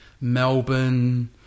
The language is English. Melbourne